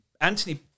Anthony